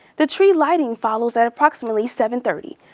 the tree lighting follows at approximately seven thirty.